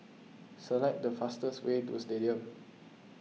select the fastest way to Stadium